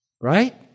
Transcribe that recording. Right